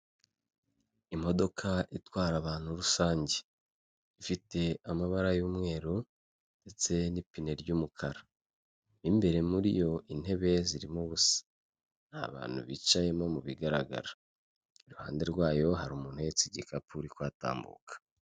Imodoka itwara abantu rusange ifite amabara y'umweru ndetse n'ipine ry'umukara, mo imbere muri yo intebe zirimo ubusa nta bantu bicayemo mu bigaragara iruhande rwayo hari umuntu uhetse igikapu uri kuhatambuka.